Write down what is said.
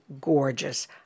gorgeous